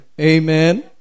Amen